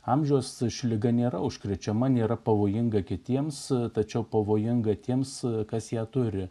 amžiaus liga nėra užkrečiama nėra pavojinga kitiems tačiau pavojinga tiems kas ją turi